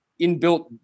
inbuilt